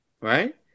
Right